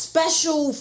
Special